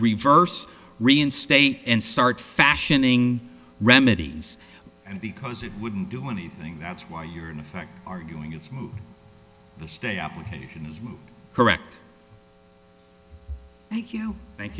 reverse reinstate and start fashioning remedies and because it wouldn't do anything that's why you're in effect arguing it's move the stay applications correct thank you thank